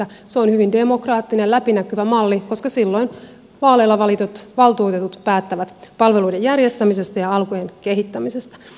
se on hyvin demokraattinen ja läpinäkyvä malli koska silloin vaaleilla valitut valtuutetut päättävät palveluiden järjestämisestä ja alueiden kehittämisestä